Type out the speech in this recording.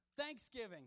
Thanksgiving